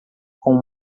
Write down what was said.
com